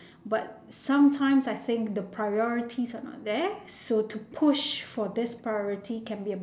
but sometimes I think the priorities are not there so to push for this priority can be a